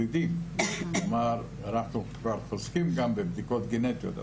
כלומר, אנחנו גם חוסכים בבדיקות גנטיות.